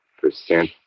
percent